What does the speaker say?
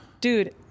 Dude